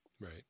Right